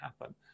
happen